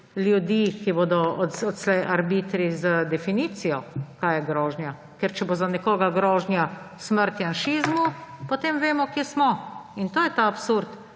ljudi, ki bodo odslej arbitri, z definicijo, kaj je grožnja? Ker če bo za nekoga grožnja »Smrt janšizmu«, potem vemo, kje smo, in to je ta absurd